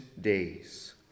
days